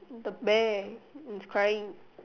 the bear and he's crying